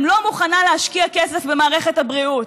לא מוכנה להשקיע כסף במערכת הבריאות.